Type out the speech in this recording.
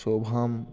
शोभां